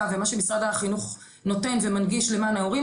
ומה שמשרד החינוך נותן ומנגיש למען ההורים,